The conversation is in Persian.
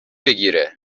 بگیره